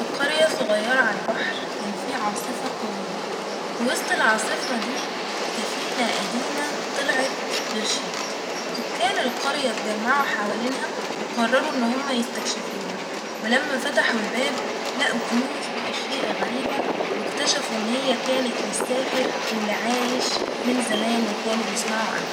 ف قرية صغيرة عالبحر كان في عاصفة قوية ف وسط العاصفة دي سفينة قديمة طلعت للشط سكان القرية اتجمعو حوالينها وقررو إن هم يستكشفوها ولما فتحو الباب لقو كنوز وأشياء غريبة واكتشفو إن هي كانت للساحر اللي عايش من زمان وكانوا بيسمعوا عنه